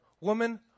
woman